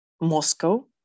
Moscow